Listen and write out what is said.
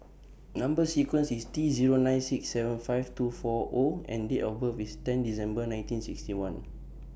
Number sequence IS T Zero nine six seven five two four O and Date of birth IS ten December nineteen sixty one